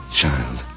child